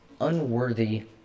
unworthy